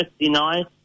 59